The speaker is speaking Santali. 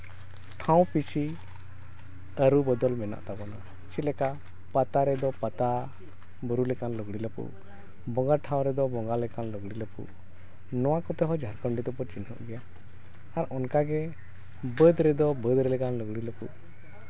ᱴᱷᱟᱶ ᱯᱤᱪᱷᱤ ᱟᱹᱨᱩ ᱵᱚᱫᱚᱞ ᱢᱮᱱᱟᱜ ᱛᱟᱵᱚᱱᱟ ᱪᱮᱫ ᱞᱮᱠᱟ ᱯᱟᱛᱟ ᱨᱮᱫᱚ ᱯᱟᱛᱟ ᱵᱩᱨᱩ ᱞᱮᱠᱟᱱ ᱞᱩᱜᱽᱲᱤ ᱞᱟᱯᱚ ᱵᱚᱸᱜᱟ ᱴᱷᱟᱶ ᱨᱮᱫᱚ ᱵᱚᱸᱜᱟ ᱞᱮᱠᱟᱱ ᱞᱩᱜᱽᱲᱤ ᱞᱟᱯᱚ ᱱᱚᱣᱟ ᱠᱚᱛᱮ ᱦᱚᱸ ᱡᱷᱟᱲᱠᱷᱚᱸᱰ ᱨᱮᱫᱚ ᱵᱚᱱ ᱪᱤᱱᱦᱟᱹ ᱜᱮᱭᱟ ᱟᱨ ᱚᱱᱠᱟ ᱜᱮ ᱵᱟᱹᱫᱽ ᱨᱮᱫᱚ ᱵᱟᱹᱫᱽ ᱞᱮᱠᱟᱱ ᱞᱩᱜᱽᱲᱤ ᱞᱟᱯᱚ